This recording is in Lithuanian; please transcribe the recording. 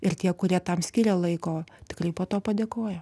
ir tie kurie tam skiria laiko tikrai po to padėkoja